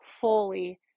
fully